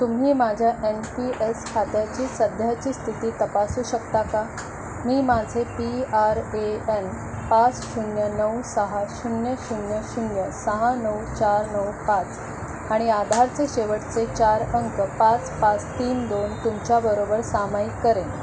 तुम्ही माझ्या N P S खात्याची सध्याची स्थिती तपासू शकता का मी माझे पी आर ए एन पाच शून्य नऊ सहा शून्य शून्य शून्य सहा नऊ चार नऊ पाच आणि आधारचे शेवटचे चार अंक पाच पाच तीन दोन तुमच्याबरोबर सामायिक करेन